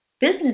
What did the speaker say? business